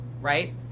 right